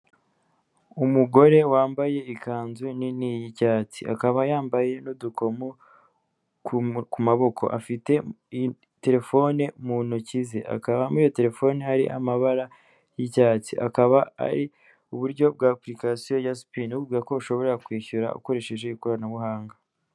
Umugore wambaye ikanzu nini y'icyatsi, akaba yambaye n'udukomo ku maboko, afite telefone mu ntoki ze, hakaba muri iyo telefone hari amabara y'icyatsi, akaba ari uburyo bwa apurikasiyo ya sipine, bukubwira ko ushobora kwishyura ukoresheje ikoranabuhanga.